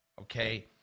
okay